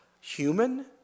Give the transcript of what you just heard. human